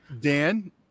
Dan